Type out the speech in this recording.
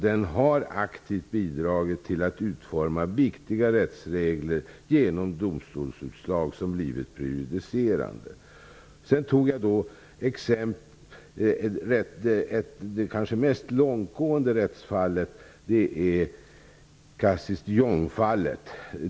Den har aktivt bidragit till att utforma viktiga rättsregler genom domstolsutslag som har blivit prejudicerande. Det kanske mest långtgående rättsfallet är Cassis de Dijon-fallet.